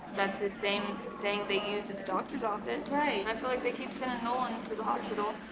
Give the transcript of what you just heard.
that's the same thing they use at the doctor's office. right. and i feel like they keep sending nollan to the hospital,